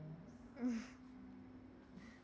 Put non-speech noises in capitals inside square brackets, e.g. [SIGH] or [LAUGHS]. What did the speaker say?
[LAUGHS]